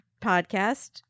podcast